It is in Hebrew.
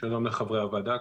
שלום לחברי הוועדה,